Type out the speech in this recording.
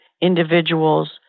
individuals